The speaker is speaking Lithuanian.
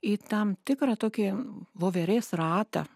į tam tikrą tokį voverės ratą